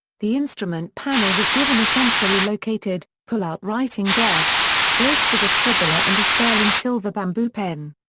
the instrument panel was given a centrally located, pull-out writing desk, graced with a scribbler and a sterling silver bamboo pen.